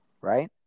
Right